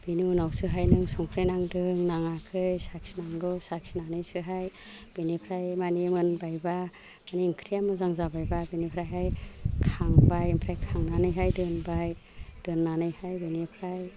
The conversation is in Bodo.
बेनि उनावसोहाय नों संख्रि नांदों नाङाखै साखिनांगौ साखिनानैसोहाय बेनिफ्राय मानि मोनबायबा मानि इंख्रिया मोजां जाबायबा बेनिफ्रायहाय खांबाय ओमफ्राय खांनानैहाय दोनबाय दोन्नानैहाय बेनिफ्राय